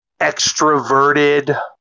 extroverted